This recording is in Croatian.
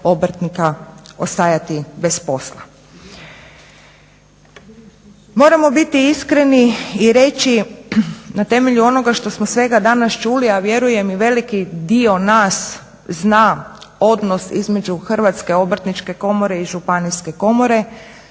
obrtnika ostajati bez posla.